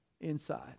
inside